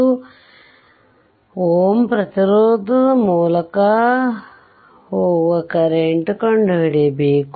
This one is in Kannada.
ಆದ್ದರಿಂದ ಅಂತಿಮವಾಗಿ ಈ ಸರ್ಕ್ಯೂಟ್ ಅನ್ನು ಬರೆದರೆ IN 3 ampere RN 50 Ω ಮತ್ತು 50 Ω ಪ್ರತಿರೋಧದ ಮೂಲಕವೂ ಕರೆಂಟ್ ಕಂಡುಹಿಡಿಯಬೇಕು